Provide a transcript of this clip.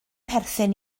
perthyn